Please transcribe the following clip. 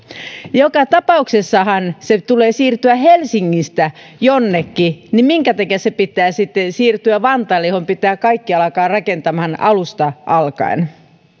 kun joka tapauksessahan sen tulee siirtyä helsingistä jonnekin niin minkä takia sen pitää sitten siirtyä vantaalle johon pitää kaikki alkaa rakentamaan alusta alkaen